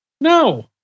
No